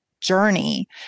journey